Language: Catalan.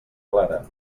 clara